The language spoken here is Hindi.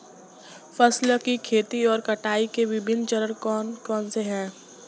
फसल की खेती और कटाई के विभिन्न चरण कौन कौनसे हैं?